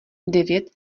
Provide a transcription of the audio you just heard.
devět